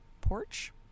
porch